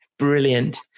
Brilliant